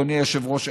אדוני היושב-ראש,